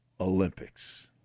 Olympics